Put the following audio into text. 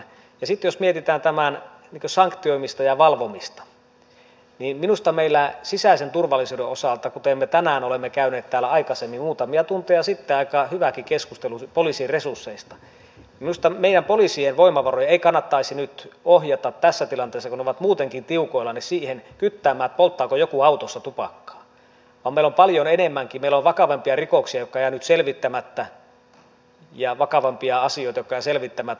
sitten jos mietitään tämän sanktioimista ja valvomista niin minusta meillä sisäisen turvallisuuden osalta kuten me tänään olemme käyneet täällä aikaisemmin muutamia tunteja sitten aika hyvääkin keskustelua poliisin resursseista poliisin voimavaroja ei kannattaisi nyt ohjata tässä tilanteessa kun ne ovat muutenkin tiukoilla kyttäämään polttaako joku autossa tupakkaa vaan meillä on paljon vakavampia rikoksia jotka jäävät nyt selvittämättä ja vakavampia asioita jotka jäävät selvittämättä